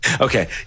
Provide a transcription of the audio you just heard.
okay